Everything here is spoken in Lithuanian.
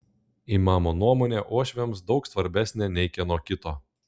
imamo nuomonė uošviams daug svarbesnė nei kieno kito